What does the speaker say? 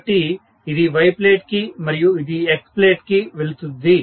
కాబట్టి ఇది Y plate కి మరియు ఇది X ప్లేట్ కి వెళుతుంది